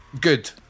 good